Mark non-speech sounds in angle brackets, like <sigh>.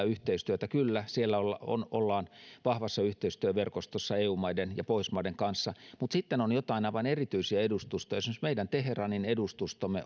<unintelligible> yhteistyötä kyllä siellä ollaan vahvassa yhteistyöverkostossa eu maiden ja pohjoismaiden kanssa mutta sitten on joitain aivan erityisiä edustustoja esimerkiksi meidän teheranin edustustomme